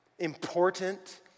important